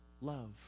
love